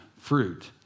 fruit